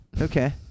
Okay